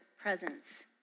presence